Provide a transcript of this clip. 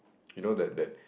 you know the the